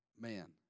man